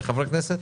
לחברי הכנסת?